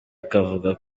akavuga